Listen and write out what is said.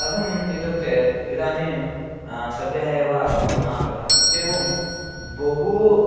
कथम् इत्युक्ते इदानीं सद्यः एव कोरोना आगतः इत्येवं बहु